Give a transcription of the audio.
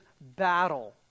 battle